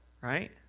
right